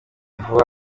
vuba